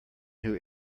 who